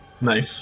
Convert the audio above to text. Nice